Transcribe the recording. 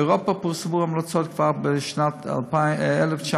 באירופה פורסמו המלצות כבר בשנת 1998,